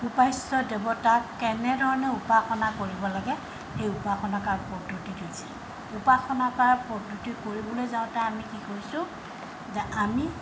উপাস্য় দেৱতাক কেনেধৰণে উপাসনা কৰিব লাগে সেই উপাসনা কৰা পদ্ধতিটো হৈছে উপাসনা কৰা পদ্ধতি কৰিবলৈ যাওঁতে আমি কি কৰিছোঁ যে আমি